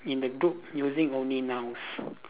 in the group using only nouns